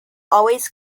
always